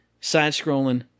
side-scrolling